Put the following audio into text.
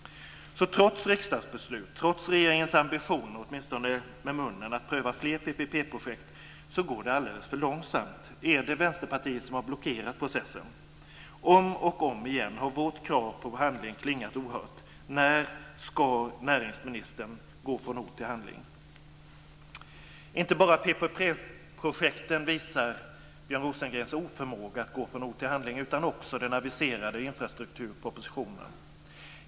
Trots riksdagsbeslut och trots regeringens ambitioner att pröva fler PPP-projekt så går det alldeles för långsamt. Är det Vänsterpartiet som har blockerat processen? Om och om igen har vårt krav på handling klingat ohört. När ska näringsministern gå från ord till handling? Inte bara PPP-projekten visar Björn Rosengrens oförmåga att gå från ord till handling, utan också den aviserade infrastrukturpropositionen.